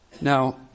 Now